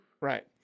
Right